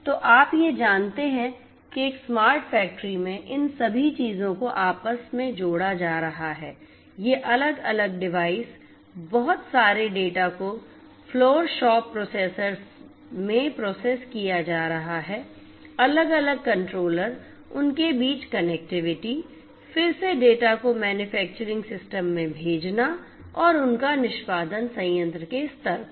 तो आप जानते हैं कि एक स्मार्ट फैक्ट्री में इन सभी चीजों को आपस में जोड़ा जा रहा है ये अलग अलग डिवाइस बहुत सारे डेटा को फ़्लोर शॉप प्रोसेसर्स में प्रोसेस किया जा रहा है अलग अलग कंट्रोलर उनके बीच कनेक्टिविटी फिर से डेटा को मैन्युफैक्चरिंग सिस्टम में भेजना और उनका निष्पादन संयंत्र के स्तर पर